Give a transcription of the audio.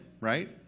right